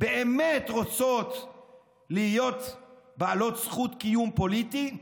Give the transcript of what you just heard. באמת רוצות להיות בעלות זכות קיום פוליטי,